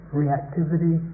reactivity